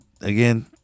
again